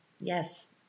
yes